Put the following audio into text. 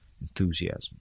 enthusiasm